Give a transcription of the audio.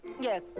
yes